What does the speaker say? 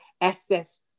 access